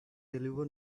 deliver